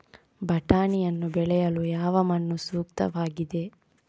ಬಟಾಣಿಯನ್ನು ಬೆಳೆಯಲು ಯಾವ ಮಣ್ಣು ಸೂಕ್ತವಾಗಿದೆ?